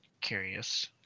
curious